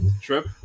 trip